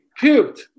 puked